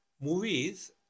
movies